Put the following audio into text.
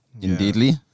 Indeedly